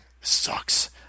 Sucks